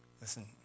Listen